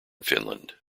finland